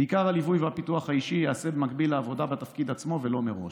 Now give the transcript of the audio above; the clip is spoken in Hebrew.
ועיקר הליווי והפיתוח האישי ייעשו במקביל לעבודה בתפקיד עצמו ולא מראש.